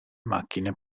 macchine